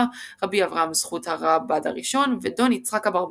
רבי אברהם זכות הראב"ד הראשון ודון יצחק אברבנאל.